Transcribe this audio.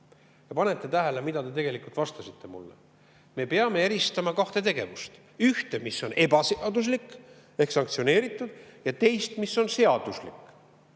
Panite tähele, mida te vastasite mulle? Me peame eristama kahte tegevust: ühte, mis on ebaseaduslik ehk sanktsioneeritud, ja teist, mis on seaduslik.